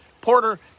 Porter